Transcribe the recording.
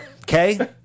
okay